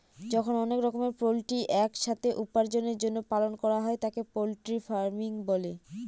যখন অনেক রকমের পোল্ট্রি এক সাথে উপার্জনের জন্য পালন করা হয় তাকে পোল্ট্রি ফার্মিং বলে